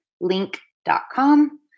link.com